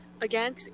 again